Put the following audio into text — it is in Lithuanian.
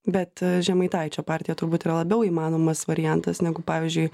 bet žemaitaičio partija turbūt yra labiau įmanomas variantas negu pavyzdžiui